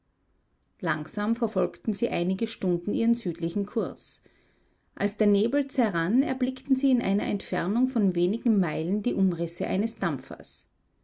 langsam verfolgten sie einige stunden ihren südlichen kurs als der nebel zerrann erblickten sie in einer entfernung von wenigen meilen die umrisse eines dampfers